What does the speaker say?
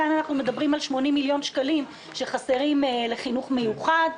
כאן אנחנו מדברים על 80 מיליון שקלים שחסרים לחינוך המיוחד,